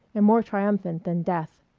and more triumphant than death.